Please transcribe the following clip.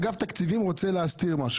אגף תקציבים רוצה להסתיר משהו.